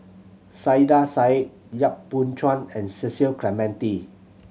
Saiedah Said Yap Boon Chuan and Cecil Clementi